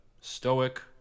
stoic